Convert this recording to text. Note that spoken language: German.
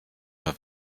nur